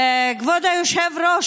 כבוד היושב-ראש,